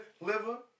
liver